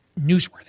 newsworthy